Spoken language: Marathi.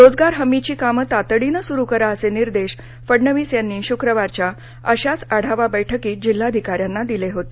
रोजगार हमीची कामं तातडीनं सुरू करा असे निर्देश फडणविस यांनी शुक्रवारच्या अशाच आढावा बैठकीत जिल्हाधिकार्यांना दिले होते